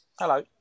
Hello